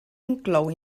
inclou